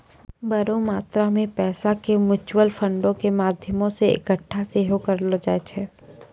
बड़ो मात्रा मे पैसा के म्यूचुअल फंडो के माध्यमो से एक्कठा सेहो करलो जाय छै